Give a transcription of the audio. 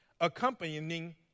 accompanying